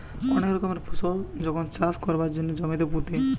অনেক রকমের ফসল যখন চাষ কোরবার জন্যে জমিতে পুঁতে